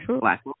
black